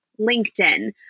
LinkedIn